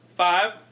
five